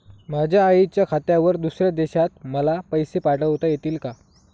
माझ्या आईच्या खात्यावर दुसऱ्या देशात मला पैसे पाठविता येतील का?